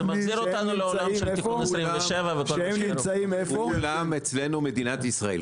זה מחזיר אותנו לעולם של תיקון 27. כולם אצלנו מדינת ישראל,